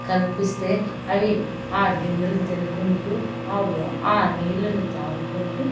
కల్పిస్తే అవి ఆ గింజలు తినుకుంటూ ఆ వా ఆ నీళ్ళను తాగుకుంటూ